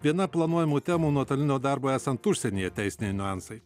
viena planuojamų temų nuotolinio darbo esant užsienyje teisiniai niuansai